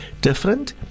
different